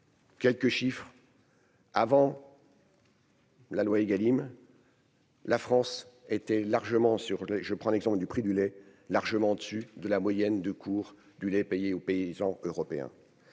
Quelques chiffres. Avant. La loi Egalim. La France était largement sur le je prends l'exemple du prix du lait, largement au-dessus de la moyenne de cours du lait payé aux paysans européens